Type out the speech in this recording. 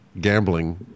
gambling